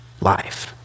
life